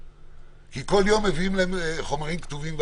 כי כל יום מביאים להם חומרים כתובים.